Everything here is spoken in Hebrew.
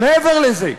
מעבר לזה,